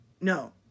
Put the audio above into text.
no